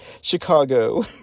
Chicago